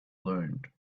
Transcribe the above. learned